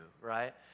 right